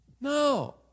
No